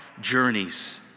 journeys